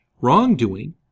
wrongdoing